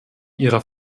ihrer